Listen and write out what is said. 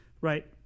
right